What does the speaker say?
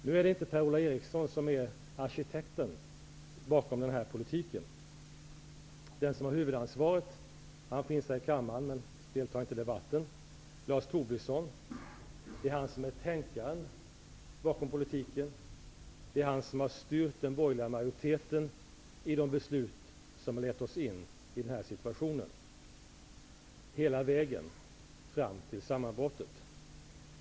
Nu är det inte Per-Ola Eriksson som är arkitekten bakom den här politiken. Den som har huvudansvaret finns här i kammaren, men deltar inte i debatten. Lars Tobisson är tänkaren bakom politiken. Det är han som har styrt den borgerliga majoriteten i de beslut som har lett oss in i den här situationen, hela vägen fram till sammanbrottet.